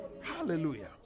Hallelujah